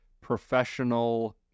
professional